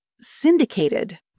syndicated